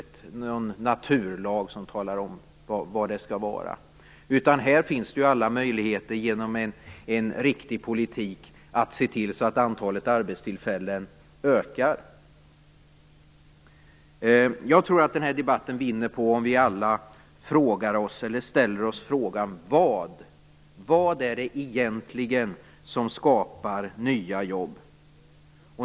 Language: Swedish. Det finns inte någon naturlag som talar om vad antalet skall vara. Det finns alla möjligheter att genom en riktig politik se till att antalet arbetstillfällen ökar. Jag tror att den här debatten vinner på att vi alla ställer oss frågan: Vad är det egentligen som skapar nya jobb?